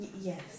Yes